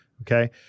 Okay